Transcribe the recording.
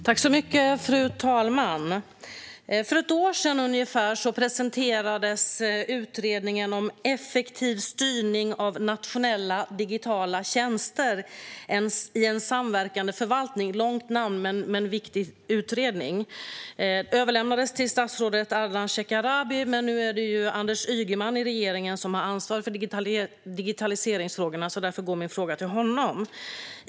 Fru talman! För ungefär ett år sedan presenterade Utredningen om effektiv styrning av nationella digitala tjänster i en samverkande förvaltning - långt namn men viktig utredning - sitt slutbetänkande. Det överlämnades till statsrådet Ardalan Shekarabi. Nu är det ju Anders Ygeman som i regeringen har ansvar för digitaliseringsfrågorna, så därför går min fråga till honom.